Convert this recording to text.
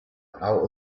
out